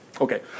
Okay